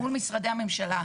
מול משרדי הממשלה.